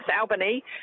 Albany